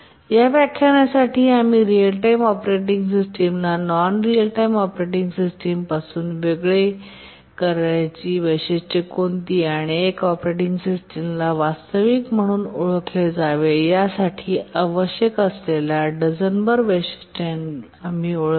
या व्याख्यानात आम्ही रिअल टाइम ऑपरेटिंग सिस्टमला नॉन रिअल टाइम ऑपरेटिंग सिस्टमपासून वेगळे करणारी वैशिष्ट्ये कोणती आणि एक ऑपरेटिंग सिस्टमला वास्तविक म्हणून ओळखले जावे यासाठी आवश्यक असलेल्या डझनभर वैशिष्ट्ये आम्ही ओळखली